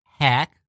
hack